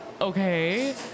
okay